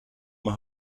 mijn